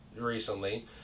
recently